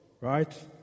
Right